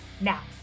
now